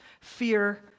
fear